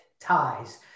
ties